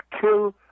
kill